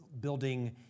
building